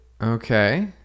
okay